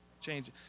change